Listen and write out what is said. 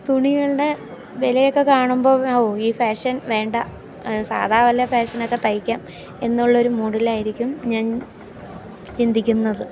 തുണികളുടെ വില ഒക്കെ കാണുമ്പോൾ ഓ ഈ ഫാഷൻ വേണ്ട സാധാ വല്ല ഫാഷനക്കെ തയ്ക്കാം എന്നുള്ള ഒരു മൂഡിലായിരിക്കും ഞാൻ ചിന്തിക്കുന്നത്